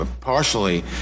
partially